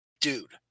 dude